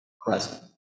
present